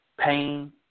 Pain